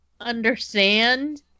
understand